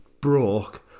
broke